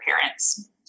parents